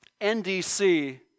NDC